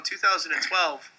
2012